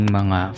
mga